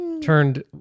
turned